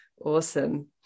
Awesome